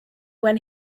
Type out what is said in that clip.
when